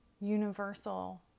universal